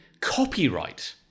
copyright